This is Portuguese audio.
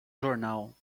jornal